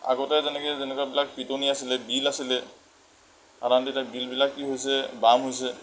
আগতে যেনেকৈ যেনেকুৱাবিলাক পিতনি আছিলে বিল আছিলে সাধাৰণতে এতিয়া বিলবিলাক কি হৈছে বাম হৈছে